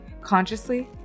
consciously